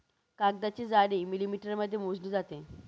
कागदाची जाडी मिलिमीटरमध्ये मोजली जाते